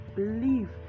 believe